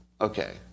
Okay